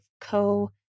co